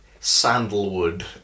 sandalwood